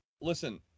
listen